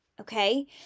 okay